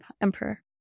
emperor